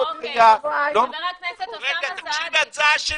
תקשיב להצעה שלי.